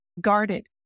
guarded